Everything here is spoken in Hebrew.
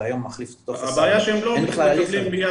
שהיום זה מחליף טופס 4. הבעיה שהם לא מקבלים מיד